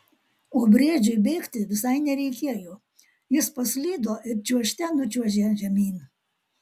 o briedžiui bėgti visai nereikėjo jis paslydo ir čiuožte nučiuožė žemyn